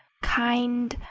kind,